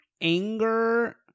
anger